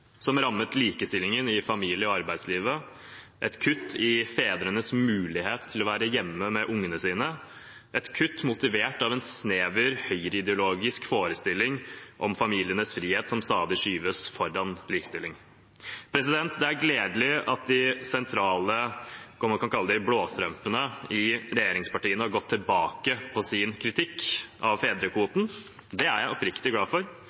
som rammet likestillingen i familien og arbeidslivet, kutt i fedrenes mulighet til å være hjemme med ungene sine, kutt motivert av en snever høyreideologisk forestilling om familienes frihet, som stadig skyves foran likestilling. Det er gledelig at de sentrale blåstrømpene – om vi kan kalle dem det – i regjeringspartiene har gått tilbake på sin kritikk av fedrekvoten. Det er jeg oppriktig glad for,